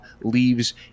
leaves